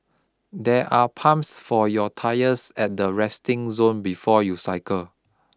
there are pumps for your tyres at the resting zone before you cycle